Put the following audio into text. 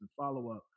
follow-up